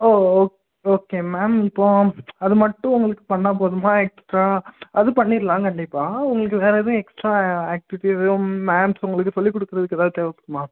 ஓ oh okay ma'am இப்போது அதுமட்டும் உங்களுக்கு பண்ணால் போதுமா எக்ஸ்ட்ரா அது பண்ணிடலாம் கண்டிப்பாக உங்களுக்கு வேறு எதுவும் எக்ஸ்ட்ரா ஆக்டிவிட்டி எதுவும் மேம்ஸ் உங்களுக்கு சொல்லிக்கொடுக்குறதுக்கு ஏதாவது தேவைப்படுமா